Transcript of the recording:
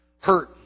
Hurt